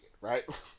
right